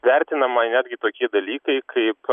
vertinama netgi tokie dalykai kaip